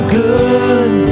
good